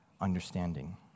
understanding